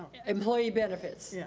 employee benefits, yeah